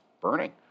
burning